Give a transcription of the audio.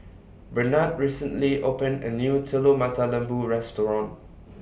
Bernard recently opened A New Telur Mata Lembu Restaurant